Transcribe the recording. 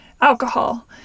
alcohol